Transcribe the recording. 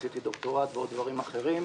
עשיתי דוקטורט ועוד דברים אחרים.